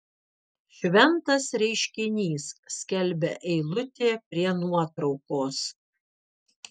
šventas reiškinys skelbia eilutė prie nuotraukos